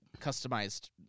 customized